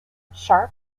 sharpe